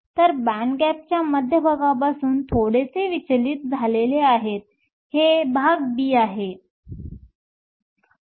तर बँड गॅपच्या मध्यभागापासून थोडेसे विचलित झालेले आहे हे भाग b आहे